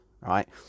right